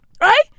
Right